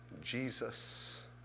Jesus